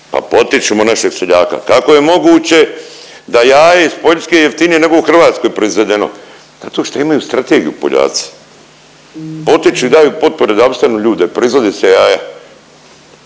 pa potičimo našeg seljaka. Kako je moguće da jaje iz Poljske je jeftinije nego u Hrvatskoj proizvedeno? Zato što imaju strategiju Poljaci. Potiču i daju potpore da opstanu ljudi, proizvode se jaja,